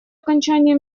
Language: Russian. окончания